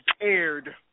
aired